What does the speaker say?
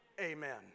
Amen